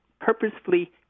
purposefully